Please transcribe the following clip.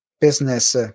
business –